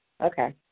okay